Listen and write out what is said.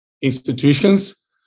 institutions